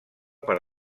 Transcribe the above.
per